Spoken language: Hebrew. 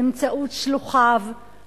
באמצעות שלוחיו,